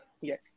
Yes